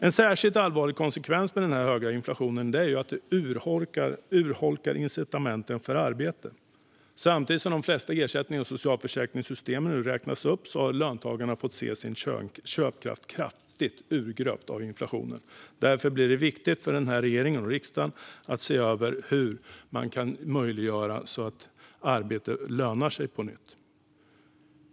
En särskilt allvarlig konsekvens av den höga inflationen är att den urholkar incitamenten för arbete. Samtidigt som de flesta ersättningarna i socialförsäkringssystemen nu räknas upp har löntagarna fått se sin köpkraft kraftigt urgröpt av inflationen. Det blir därför viktigt för regeringen och riksdagen att se över hur man kan möjliggöra att arbete lönar sig på nytt.